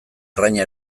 arraina